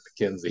McKenzie